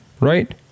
Right